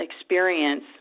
experience